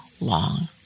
long